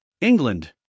England